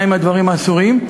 מה הם הדברים האסורים.